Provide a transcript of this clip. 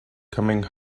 coming